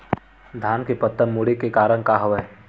धान के पत्ता मुड़े के का कारण हवय?